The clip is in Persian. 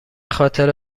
خاطر